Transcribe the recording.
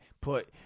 put